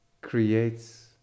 creates